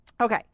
okay